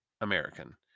American